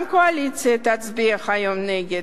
גם הקואליציה תצביע היום נגד.